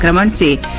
and msn